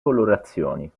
colorazioni